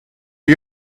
you